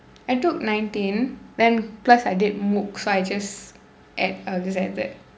I took nineteen then plus I did mooks so I just had uh this and that